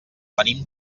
venim